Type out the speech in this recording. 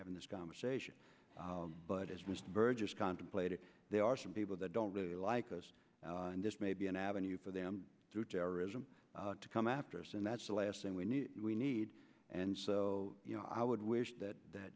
having this conversation but as mr burgess contemplate it there are some people that don't really like us and this may be an avenue for them to terrorism to come after us and that's the last thing we need we need and so i would wish that that